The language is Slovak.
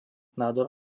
nádor